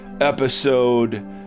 episode